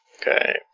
Okay